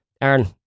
Aaron